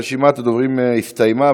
רשימת הדוברים הסתיימה,